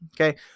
okay